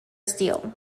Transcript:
steel